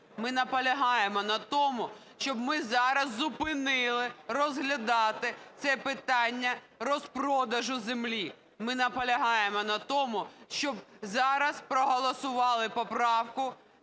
Ми наполягаємо на тому, щоб ми зараз зупинили розглядати це питання розпродажу землі. Ми наполягаємо на тому, щоб зараз проголосували поправку